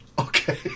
Okay